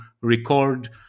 record